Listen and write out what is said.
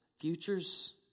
futures